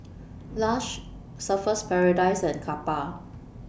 Lush Surfer's Paradise and Kappa